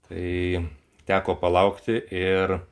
tai teko palaukti ir